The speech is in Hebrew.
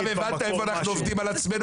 עכשיו הבנת איפה אנחנו עובדים על עצמנו